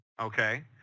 okay